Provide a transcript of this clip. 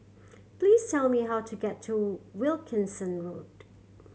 please tell me how to get to Wilkinson Road